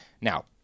Now